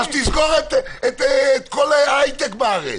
אז תסגור את כל ההייטק בארץ.